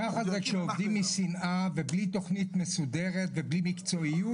ככה זה כשעובדים משנאה ובלי תוכנית מסודרת ובלי מקצועיות,